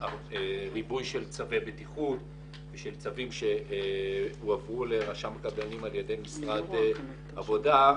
ריבוי צווי בטיחות וצווים שהועברו לרשם הקבלנים על ידי משרד העבודה.